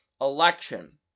election